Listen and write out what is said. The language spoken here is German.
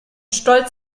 stolz